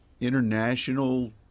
international